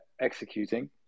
executing